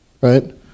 Right